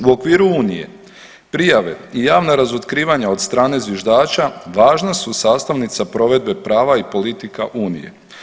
No u okviru unije prijave i javna razotkrivanja od strane zviždača važna su sastavnica provedbe prava i politika unije.